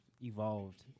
evolved